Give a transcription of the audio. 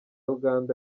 uganda